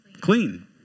clean